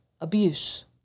abuse